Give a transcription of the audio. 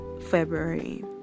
February